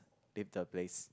leave the place